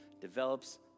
develops